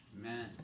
amen